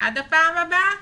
הפעם הבאה